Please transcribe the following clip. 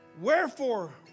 Wherefore